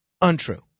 untrue